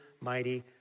mighty